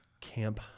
Camp